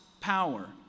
power